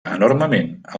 enormement